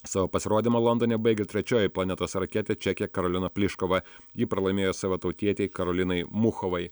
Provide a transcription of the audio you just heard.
savo pasirodymą londone baigė trečioji planetos raketė čekė karolina plyškova ji pralaimėjo savo tautietei karolinai muchovai